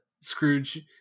Scrooge